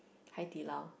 hai-di-lao